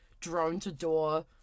drone-to-door